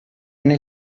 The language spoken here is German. eine